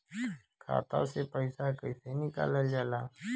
खाता से पैसा कइसे निकालल जाला?